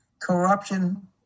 Corruption